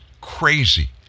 crazy